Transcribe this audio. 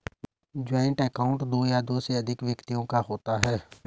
joint account दो या दो से अधिक व्यक्तियों का होता है